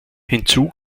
hinzu